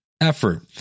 effort